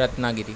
Ratnagiri